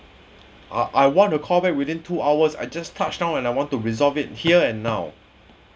I I want to call back within two hours I just touched down and I want to resolve it here and now